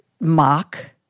mock